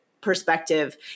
perspective